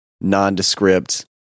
nondescript